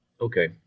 Okay